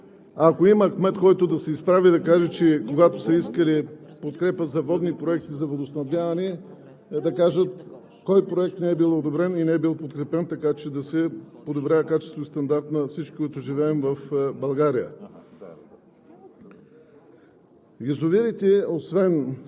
Бих посочил като министър на околната среда и водите, ако има кмет, който да се изправи и да каже, че когато е искал подкрепа за водни проекти, за водоснабдяване, да каже кой проект не е бил одобрен и не е бил подкрепен, така че да се подобрява качеството и стандарта на всички, които живеем в България.